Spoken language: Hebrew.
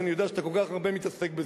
ואני יודע שאתה כל כך הרבה מתעסק בזה,